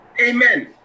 Amen